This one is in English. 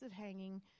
hanging